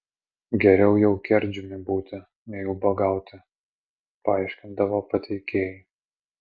geriau jau kerdžiumi būti nei ubagauti paaiškindavo pateikėjai